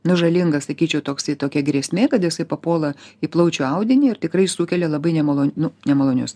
nu žalingas sakyčiau toksai tokia grėsmė kad jisai papuola į plaučių audinį ir tikrai sukelia labai nemalo nu nemalonius